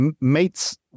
Mates